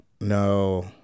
no